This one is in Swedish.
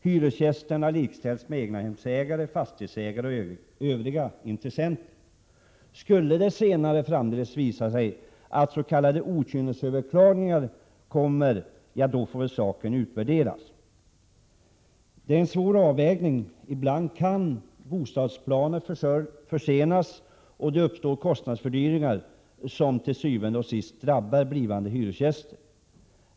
Hyresgästerna likställs med egnahemsägare, fastighetsägare och övriga intressenter. Skulle det framdeles visa sig att s.k. okynnesöverklagningar sker, då får väl den saken utvärderas. Det handlar om en svår avvägning. Ibland kan bostadsplaner försenas och kostnadsfördyringar uppstå som til syvende og sidst drabbar blivande hyresgäster.